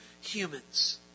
Humans